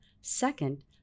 second